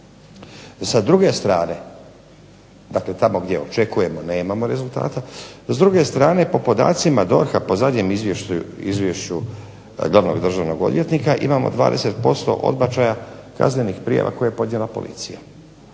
Sa druge strane, dakle tamo gdje očekujemo nemamo rezultata, s druge strane po podacima DORH-a po zadnjem izvješću glavnog državnog odvjetnika imamo 20% odbačaja kaznenih prijava koje je podnijela policija.